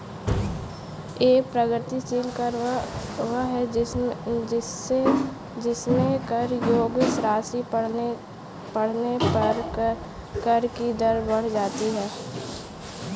एक प्रगतिशील कर वह है जिसमें कर योग्य राशि बढ़ने पर कर की दर बढ़ जाती है